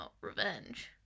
Revenge